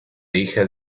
hija